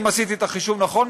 אם עשיתי את החישוב נכון,